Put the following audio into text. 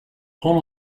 prends